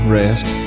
rest